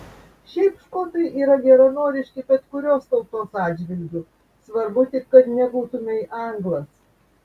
šiaip škotai yra geranoriški bet kurios tautos atžvilgiu svarbu tik kad nebūtumei anglas